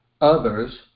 others